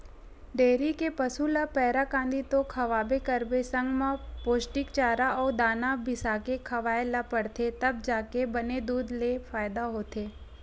dairy के पसू ल पैरा, कांदी तो खवाबे करबे संग म पोस्टिक चारा अउ दाना बिसाके खवाए ल परथे तब जाके बने दूद ले फायदा होथे